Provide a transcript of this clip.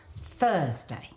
thursday